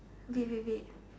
babe babe babe